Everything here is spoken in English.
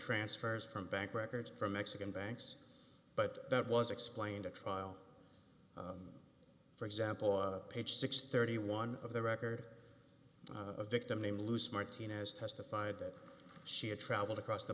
transfers from bank records from mexican banks but that was explained at trial for example page six thirty one of the record a victim named loose martinez testified that she had traveled across the